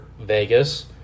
Vegas